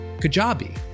Kajabi